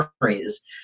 memories